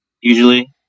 usually